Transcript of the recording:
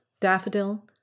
daffodil